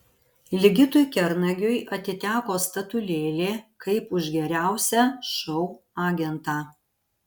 ligitui kernagiui atiteko statulėlė kaip už geriausią šou agentą